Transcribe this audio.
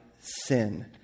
sin